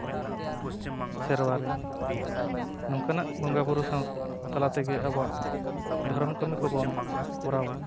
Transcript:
ᱥᱮᱨᱣᱟ ᱨᱮ ᱱᱚᱝᱠᱟᱱᱟᱜ ᱵᱚᱸᱜᱟ ᱵᱩᱨᱩ ᱥᱟᱶ ᱛᱟᱞᱟ ᱛᱮᱜᱮ ᱟᱵᱚᱣᱟᱜ ᱫᱷᱚᱨᱚᱢ ᱠᱟᱹᱢᱤ ᱠᱚᱵᱚᱱ ᱠᱚᱨᱟᱣᱟ